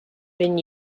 been